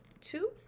two